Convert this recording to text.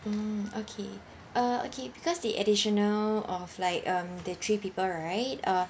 mm okay uh okay because the additional of like um the three people right uh